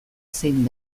zein